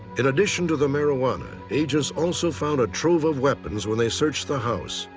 in addition to the marijuana, agents also found a trove of weapons when they searched the house,